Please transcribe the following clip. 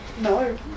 No